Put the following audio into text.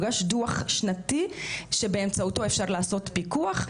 דוח שנתי שבאמצעותו אפשר לעשות פיקוח.